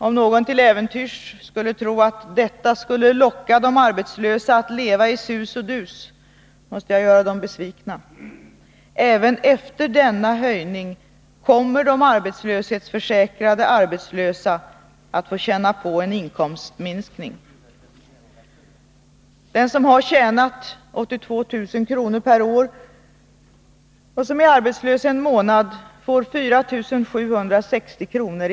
Om någon till äventyrs skulle tro att detta skulle locka de arbetslösa att leva i sus och dus, måste jag göra dem besvikna. Även efter denna höjning kommer de arbetslöshetsförsäkrade arbetslösa att få känna på en inkomstminskning. Den som har tjänat 82 000 kr. per år och som är arbetslös en månad får 4760 kr.